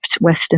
Western